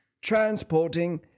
transporting